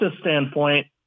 standpoint